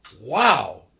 Wow